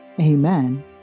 Amen